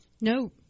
no